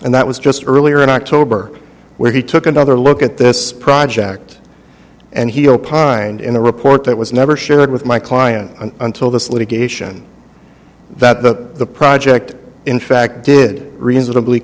and that was just earlier in october where he took another look at this project and he opined in the report that was never shared with my client until this litigation that that the project in fact did reasonably